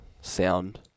sound